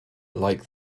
like